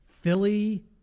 Philly